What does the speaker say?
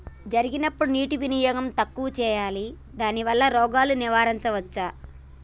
జరిగినప్పుడు నీటి వినియోగం తక్కువ చేయాలి దానివల్ల రోగాన్ని నివారించవచ్చా?